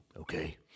okay